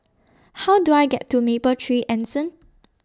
How Do I get to Mapletree Anson